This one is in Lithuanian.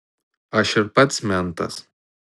aš ir pats mentas